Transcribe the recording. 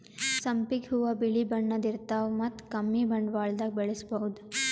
ಸಂಪಿಗ್ ಹೂವಾ ಬಿಳಿ ಬಣ್ಣದ್ ಇರ್ತವ್ ಮತ್ತ್ ಕಮ್ಮಿ ಬಂಡವಾಳ್ದಾಗ್ ಬೆಳಸಬಹುದ್